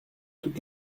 toute